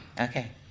Okay